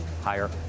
higher